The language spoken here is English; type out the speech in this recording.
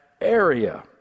area